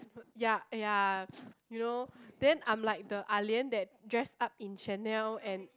ya !aiya! you know then I'm like the Ah Lian that dress up in Chanel and